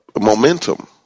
momentum